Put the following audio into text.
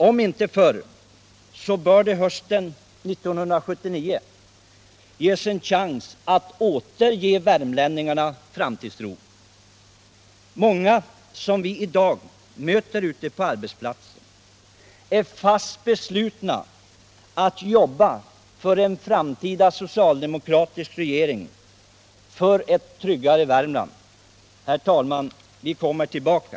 Om inte förr så bör det hösten 1979 finnas en chans att återge värmlänningarna framtidstro. Många som vi i dag möter ute på arbetsplatserna är fast beslutna att jobba för en framtida socialdemokratisk regering — för ett tryggare Värmland. Herr talman! Vi kommer tillbaka.